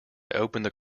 opened